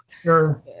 sure